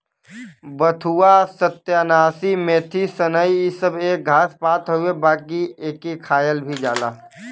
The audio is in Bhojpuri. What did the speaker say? बथुआ, सत्यानाशी, मेथी, सनइ इ सब एक घास पात हउवे बाकि एके खायल भी जाला